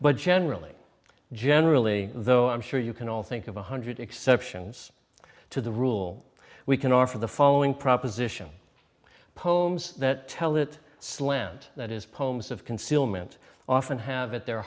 but generally generally though i'm sure you can all think of one hundred exceptions to the rule we can offer the following proposition poems that tell it slant that is poems of concealment often have at their